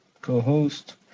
co-host